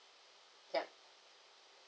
yup